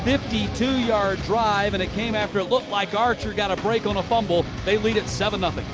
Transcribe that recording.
fifty two yard drive and it came after it looked like archer got a break on a fumble. they lead it, seven ah but